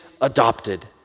adopted